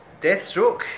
Deathstroke